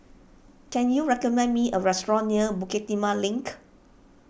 can you recommend me a restaurant near Bukit Timah Link